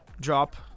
drop